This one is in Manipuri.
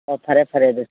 ꯑꯣ ꯐꯔꯦ ꯐꯔꯦ ꯑꯗꯨꯗꯤ